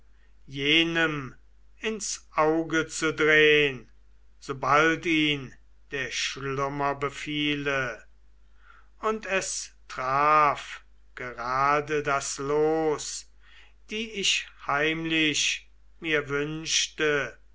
jenem ins auge zu drehn sobald ihn der schlummer befiele und es traf gerade das los die ich heimlich mir wünschte